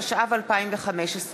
התשע"ו 2015,